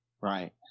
Right